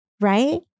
Right